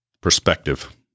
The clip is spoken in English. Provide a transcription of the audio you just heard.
Perspective